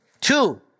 Two